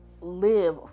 live